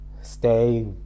stay